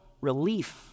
relief